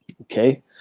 Okay